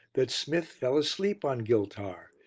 that smith fell asleep on giltar,